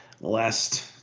last